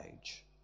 age